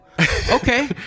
Okay